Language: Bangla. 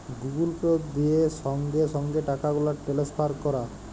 গুগুল পে দিয়ে সংগে সংগে টাকাগুলা টেলেসফার ক্যরা